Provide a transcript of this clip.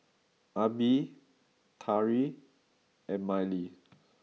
Abie Tari and Mylie